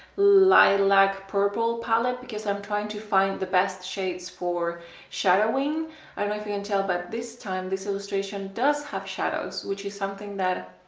lilac purple palette because i'm trying to find the best shades for shadowing i don't know if you can tell but this time this illustration does have shadows which is something that,